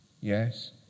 Yes